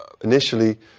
initially